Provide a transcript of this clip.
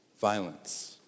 violence